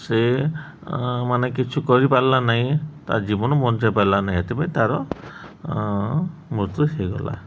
ସେ ମାନେ କିଛି କରିପାରିଲା ନାହିଁ ତା ଜୀବନ ବଞ୍ଚାଇ ପାରିଲା ନାହିଁ ସେଥିପାଇଁ ତା'ର ମୃତ୍ୟୁ ହେଇଗଲା